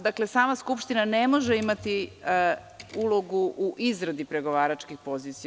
Dakle, sama Skupština ne može imati ulogu u izradi pregovaračkih pozicija.